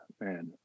man